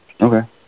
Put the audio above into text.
Okay